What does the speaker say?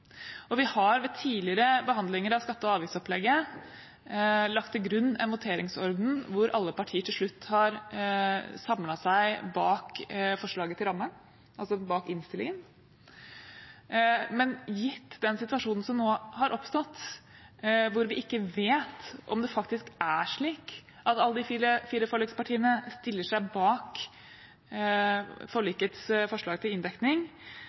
Vi har ved tidligere behandlinger av skatte- og avgiftsopplegget lagt til grunn en voteringsorden hvor alle partier til slutt har samlet seg bak forslaget til ramme, altså bak innstillingen. Men gitt den situasjonen som nå har oppstått, hvor vi ikke vet om det faktisk er slik at alle de fire forlikspartiene stiller seg bak forlikets forslag til inndekning,